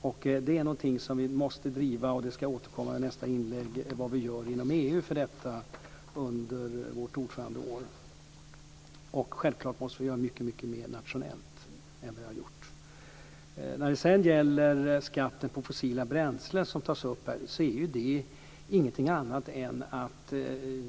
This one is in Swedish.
Detta är någonting som vi måste driva inom EU, och jag ska återkomma i nästa inlägg till vad vi ska göra under vår ordförandeperiod. Dessutom måste vi självfallet göra mycket mer nationellt än vad vi har gjort. Sedan tas skatten på fossila bränslen upp här.